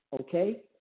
Okay